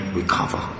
recover